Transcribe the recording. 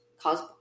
cause